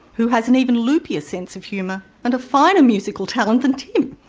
who has an even loopier sense of humour and a finer musical talent than tim.